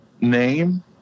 name